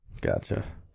Gotcha